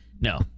no